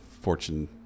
Fortune